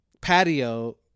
patio